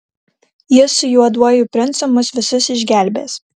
jis su juoduoju princu mus visus išgelbės